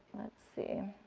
see.